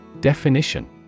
Definition